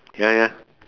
ya ya